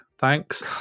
thanks